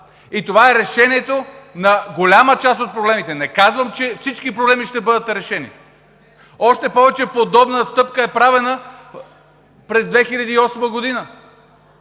И това е решението на голяма част от проблемите. Не казвам, че всички проблеми ще бъдат решени. Още повече, че подобна стъпка е правена през 2008 г.!